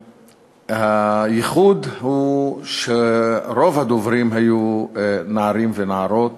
הייחוד היה שרוב הדוברים היו נערים ונערות